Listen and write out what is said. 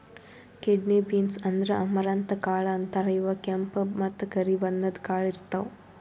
kidney beans ಅಂದ್ರ amaranth ಕಾಳ್ ಅಂತಾರ್ ಇವ್ ಕೆಂಪ್ ಮತ್ತ್ ಕರಿ ಬಣ್ಣದ್ ಕಾಳ್ ಇರ್ತವ್